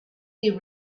year